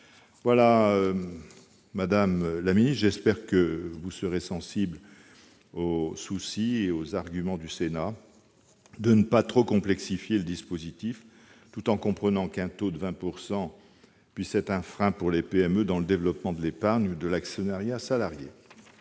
Madame la ministre, j'espère que vous serez sensible au souci du Sénat de ne pas trop complexifier le dispositif, tout en comprenant qu'un taux de 20 % puisse être un frein pour les PME dans le développement de l'épargne ou de l'actionnariat salarié.